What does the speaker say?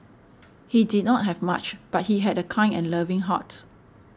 he did not have much but he had a kind and loving heart